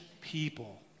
people